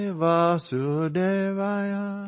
vasudevaya